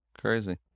Crazy